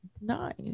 Nice